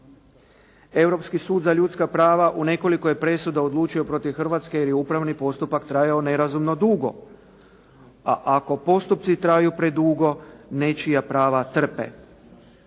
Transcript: Europski sud za ljudska prava u nekoliko je presuda odlučio protiv Hrvatske jer je upravni postupak trajao nerazumno dugo, a ako postupci traju predugo nečija prava trpe.